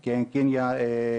החיים עם השכנים שלנו.